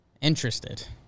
Interested